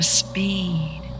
speed